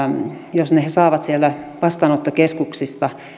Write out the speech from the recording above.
jos he saavat sieltä vastaanottokeskuksista